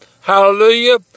Hallelujah